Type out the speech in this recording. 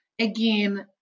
again